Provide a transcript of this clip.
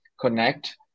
connect